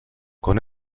con